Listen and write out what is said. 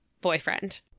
boyfriend